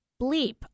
bleep